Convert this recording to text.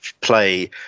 play